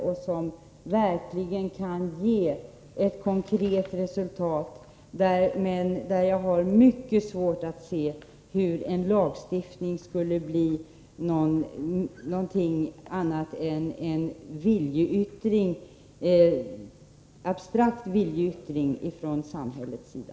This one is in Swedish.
De kan verkligen ge ett konkret resultat. Jag har emellertid mycket svårt att se hur en lagstiftning skulle kunna bli någonting annat än en abstrakt viljeyttring från samhällets sida.